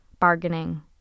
bargaining